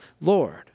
Lord